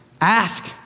Ask